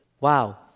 Wow